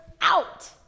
out